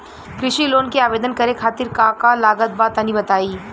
कृषि लोन के आवेदन करे खातिर का का लागत बा तनि बताई?